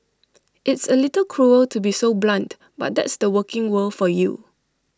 it's A little cruel to be so blunt but that's the working world for you